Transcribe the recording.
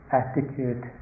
attitude